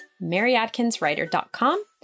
maryadkinswriter.com